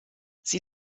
sie